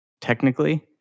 technically